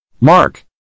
Mark